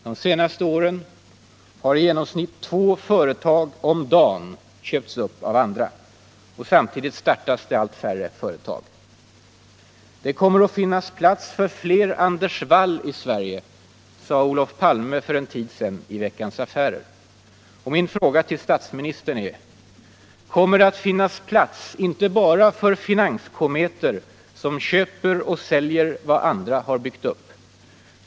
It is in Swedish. De senaste åren har i genomsnitt två företag om dagen köpts upp av andra. Samtidigt startas det allt färre företag. —- Det kommer att finnas plats för fler Anders Wall i Sverige, sade Olof Palme för en tid sedan i Veckans Affärer. Min fråga till statsministern är: Kommer det att finnas plats inte bara för finanskometer som köper och säljer vad andra har byggt upp?